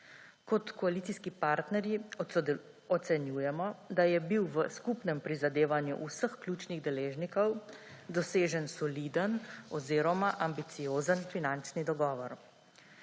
Kot koalicijski partnerji ocenjujemo, da je bil v skupnem prizadevanju vseh ključnih deležnikov dosežen soliden oziroma ambiciozen finančni dogovor.